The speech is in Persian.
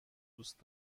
دوست